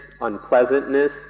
unpleasantness